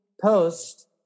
post